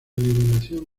eliminación